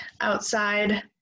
outside